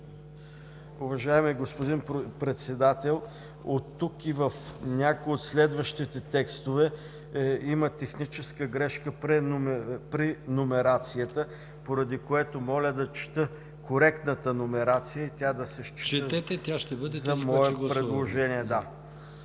Уважаеми господин Председател, от тук и в някои от следващите текстове има техническа грешка при номерацията, поради което моля да чета коректната номерация и тя да се счита за мое предложение.